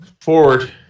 forward